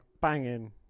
banging